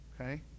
okay